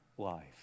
life